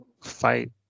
fight